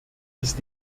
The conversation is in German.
ist